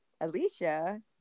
Alicia